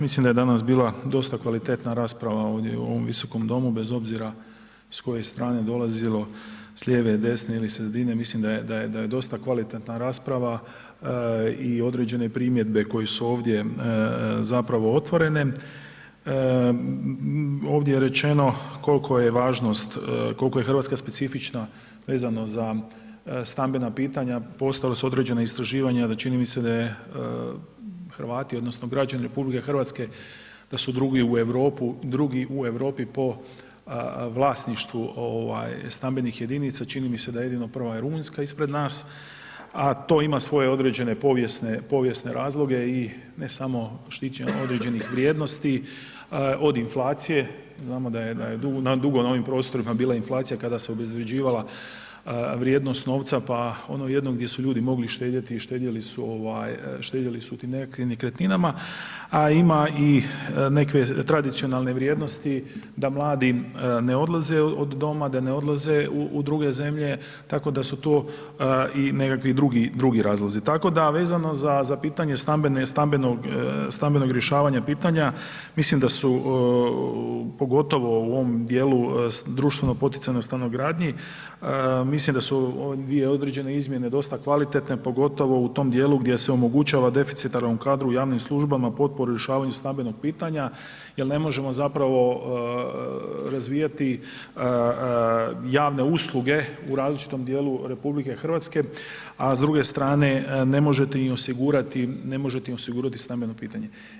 Mislim da je danas bila dosta kvalitetna rasprava ovdje u ovom Visokom domu bez obzira s koje strane dolazilo, s lijeve i desne ili sredine, mislim da je dosta kvalitetna rasprava i određene primjedbe koje su ovdje zapravo otvorene, ovdje je rečeno kolko je važnost, kolko je RH specifična vezano za stambena pitanja, postojala su određena istraživanja da, čini mi se da je Hrvati odnosno građani RH da su drugi u Europi po vlasništvu stambenih jedinica, čini mi se da je jedino prva Rumunjska ispred nas, a to ima svoje određene povijesne, povijesne razloge i ne samo … [[Govornik se ne razumije]] određenih vrijednosti od inflacije, znamo da je, da je dugo na ovim prostorima bila inflacija kada se obezvrjeđivala vrijednost novca, pa ono jednom gdje su ljudi mogli štedjeti i štedjeli su u tim nekakvim nekretninama, a ima i nekakve tradicionalne vrijednosti da mladi ne odlaze od doma, da ne odlaze u druge zemlje, tako da su to i nekakvi drugi, drugi razlozi, tako da vezano za pitanje stambene, stambenog, stambenog rješavanja pitanja mislim da su pogotovo u ovom dijelu društveno poticajnoj stanogradnji, mislim da su dvije određene izmjene dosta kvalitetne pogotovo u tom dijelu gdje se omogućava deficitarnom kadru u javnim službama potporu u rješavanju stambenog pitanja jel ne možemo zapravo razvijati javne usluge u različitom dijelu RH, a s druge strane ne možete im osigurati, ne možete im osigurati stambeno pitanje.